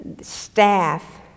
staff